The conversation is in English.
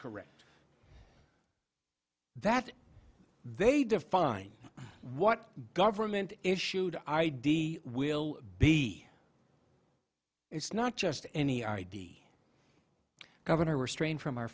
correct that they define what government issued id will be it's not just any i d governor restrained from our